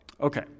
Okay